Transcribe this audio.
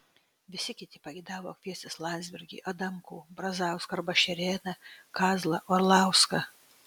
visi kiti pageidavo kviestis landsbergį adamkų brazauską arba šerėną kazlą orlauską